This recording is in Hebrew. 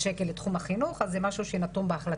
שקל לתחום החינוך אז זה משהו שנתון בהחלטה.